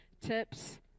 tips